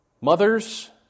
Mothers